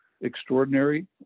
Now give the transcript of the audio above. extraordinary